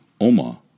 Oma